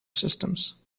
systems